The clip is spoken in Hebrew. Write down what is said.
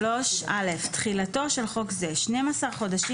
(א) תחילתו של חוק זה שנים עשר חודשים